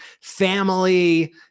family